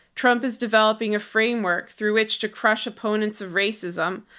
trump is developing a framework through which to crush opponents of racism,